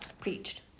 preached